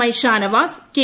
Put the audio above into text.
I Shanavas K